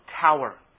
tower